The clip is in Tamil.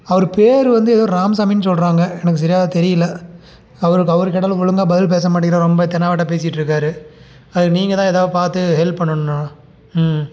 அவர் பேரு வந்து ராமசாமினு சொல்கிறாங்க எனக்கு சரியாக தெரியல அவருக்கு அவருக்கு கேட்டாலும் ஒழுங்காக பதில் பேச மாட்டீங்கிறாரு ரொம்ப தெனாவெட்டாக பேசிக்கிட்டு இருக்காரு அது நீங்கள் தான் ஏதாவது பார்த்து ஹெல்ப் பண்ணணும்ண்ணா ம்